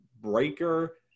Breaker